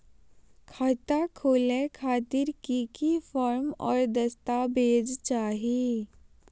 खाता खोले खातिर की की फॉर्म और दस्तावेज चाही?